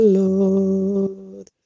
lord